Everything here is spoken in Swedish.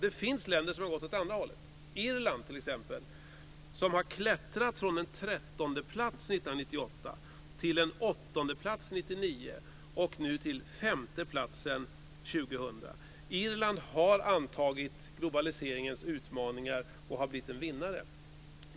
Det finns länder som har gått åt andra hållet. Irland har t.ex. klättrat från 13:e plats 1998, till 8:e plats 1999 och nu till 5:e plats 2000. Irland har antagit globaliseringens utmaningar och blivit en vinnare.